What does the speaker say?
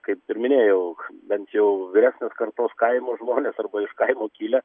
kaip ir minėjau bent jau vyresnės kartos kaimo žmonės arba iš kaimo kilę